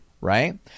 right